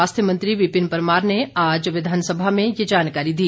स्वास्थ्य मंत्री विपिन परमार ने आज विधानसभा में ये जानकारी दी